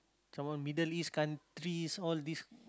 some more Middle-East countries all these